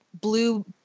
blue